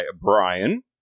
Brian